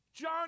John